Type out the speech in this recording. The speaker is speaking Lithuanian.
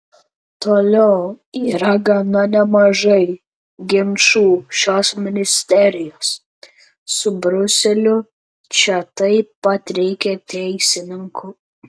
toliau yra gana nemažai ginčų šios ministerijos su briuseliu čia taip pat reikia teisininkų